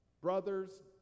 Brothers